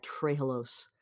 trehalose